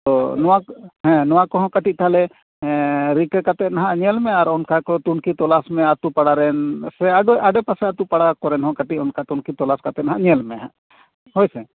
ᱛᱚ ᱱᱚᱣᱟ ᱠᱚᱦᱚᱸ ᱠᱟᱹᱴᱤᱡ ᱛᱟᱞᱦᱮ ᱨᱤᱠᱟᱹ ᱠᱟᱛᱮ ᱱᱟᱦᱟᱜ ᱧᱮᱞ ᱢᱮ ᱟᱨ ᱚᱱᱠᱟ ᱠᱚ ᱛᱩᱱᱠᱷᱤ ᱛᱚᱞᱟᱥ ᱢᱮ ᱟᱛᱳ ᱯᱟᱲᱟᱨᱮᱱ ᱥᱮ ᱟᱰᱮᱯᱟᱥᱮ ᱟᱛᱳ ᱯᱟᱲᱟ ᱠᱚᱨᱮᱱ ᱦᱚᱸ ᱠᱟᱹᱴᱤᱡ ᱚᱱᱠᱟ ᱛᱩᱱᱠᱷᱤ ᱛᱚᱞᱟᱥ ᱠᱟᱛᱮ ᱱᱟᱜ ᱧᱮᱞᱢᱮ ᱦᱮᱸ ᱦᱳᱭᱥᱮ